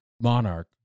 monarch